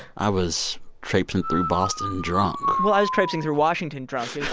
i was traipsing through boston drunk well, i was traipsing through washington drunk,